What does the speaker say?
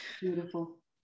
Beautiful